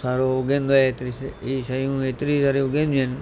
सारो उगंदो आहे हेतिरी हीअ शयूं हेतिरी सारी उगंदी आहिनि